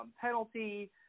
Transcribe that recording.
penalty